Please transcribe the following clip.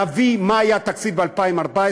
להביא מה היה התקציב ב-2014,